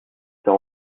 sert